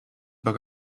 book